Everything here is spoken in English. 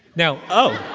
now. oh